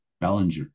Bellinger